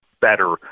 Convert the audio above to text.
better